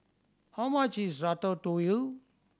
how much is Ratatouille